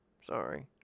Sorry